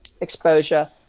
exposure